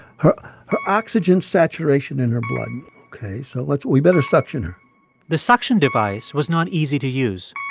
her her oxygen saturation in her blood ok, so let's we better suction her the suction device was not easy to use